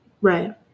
Right